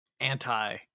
anti